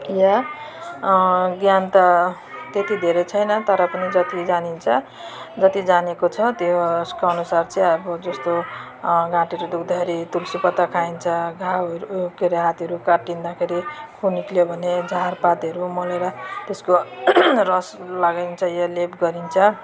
या ज्ञान त त्यत्ति धेरै छैन तर पनि जति जानिन्छ र त्यो जानेको छ त्यसको अनुसार चाहिँ अब जस्तो घाँटीहरू दुख्दाखेरि तुलसी पत्ता खाइन्छ घाउहरू के अरे हातहरू काटिँदाखेरि खुन निस्कियो भने झारपातहरू मोलेर त्यसको रस लगाइन्छ या लेप गरिन्छ